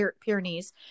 pyrenees